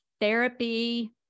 therapy